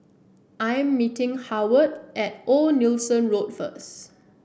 I am meeting Howard at Old Nelson Road first